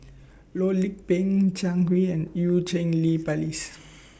Loh Lik Peng Jiang Hui and EU Cheng Li Phyllis